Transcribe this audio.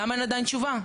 למה אין עדיין תשובה?